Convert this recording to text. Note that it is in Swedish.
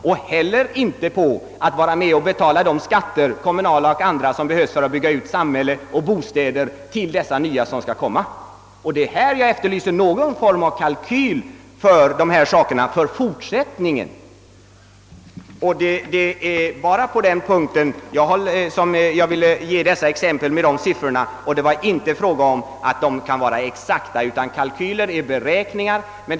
De tjänar inte heller på att vara med om att betala de skatter, kommunala och andra, som behövs för att bygga ut samhälle och bostäder till dessa nya som kommer. Det är på denna punkt jag efterlyser någon form av kalkyl för fortsättningen. Det är på den punkten som jag ville ge exempel med de siffror jag förde fram. Det var inte »exakta siffror», men kalkyler.